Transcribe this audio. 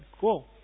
Cool